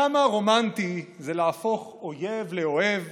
כמה רומנטי להפוך אויב לאוהב